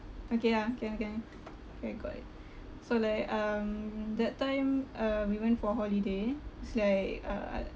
okay ah can can K I got it so like um that time um we went for holiday it's like uh